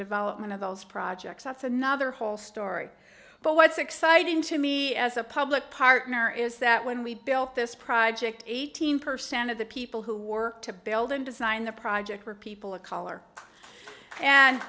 development of those projects that's another whole story but what's exciting to me as a public partner is that when we built this project eighteen percent of the people who work to build and design the project were people of color and